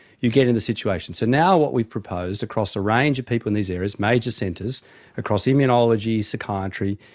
you get in this situation. so now what we proposed across a range of people in these areas, major centres across immunology, psychiatry,